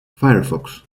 firefox